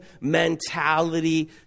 mentality